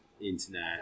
internet